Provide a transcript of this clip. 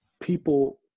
people